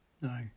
no